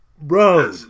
Bro